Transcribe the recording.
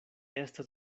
estas